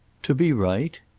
to be right?